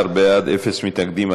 13 בעד, אין מתנגדים.